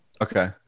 Okay